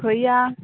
खंय या